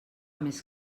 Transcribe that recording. més